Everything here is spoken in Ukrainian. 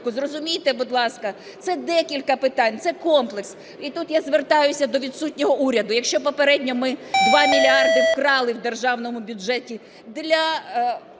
Зрозумійте, будь ласка, це декілька питань, це комплекс. І тут я звертаюся до відсутнього уряду. Якщо попередньо ми 2 мільярди вкрали в державному бюджеті для